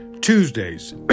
Tuesday's